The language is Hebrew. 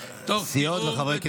הסיעות וחברי הכנסת,